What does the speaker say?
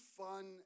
fun